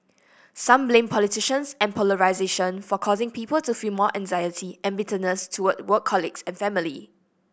some blame politicians and polarisation for causing people to feel more anxiety and bitterness toward work colleagues and family